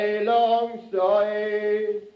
alongside